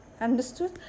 understood